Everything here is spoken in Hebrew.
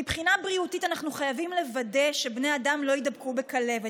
מבחינה בריאותית אנחנו חייבים לוודא שבני אדם לא ידבקו בכלבת,